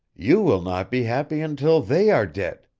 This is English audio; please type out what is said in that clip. you will not be happy until they are dead.